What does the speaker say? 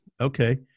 Okay